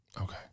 Okay